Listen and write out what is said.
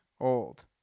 old